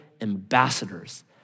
ambassadors